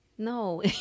No